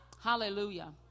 Hallelujah